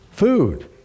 food